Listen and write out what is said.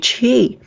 Chi